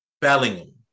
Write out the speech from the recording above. Bellingham